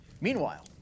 Meanwhile